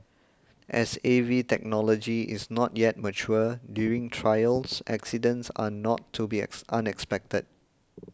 as A V technology is not yet mature during trials accidents are not to be X unexpected